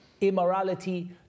immorality